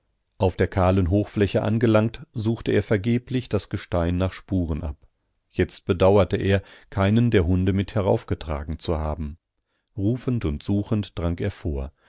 auf der kahlen hochfläche angelangt suchte er vergeblich das gestein nach spuren ab jetzt bedauerte er keinen der hunde mit heraufgetragen zu haben rufend und suchend drang er vor